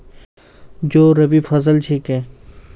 जौ रबी फसल छिके